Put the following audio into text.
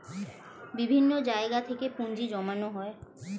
বিভিন্ন জায়গা থেকে পুঁজি জমানো হয়